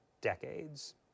decades